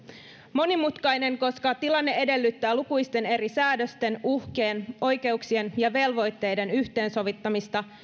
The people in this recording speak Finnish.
monimutkainen koska tilanne edellyttää lukuisten eri säädösten uhkien oikeuksien ja velvoitteiden yhteensovittamista